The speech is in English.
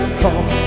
call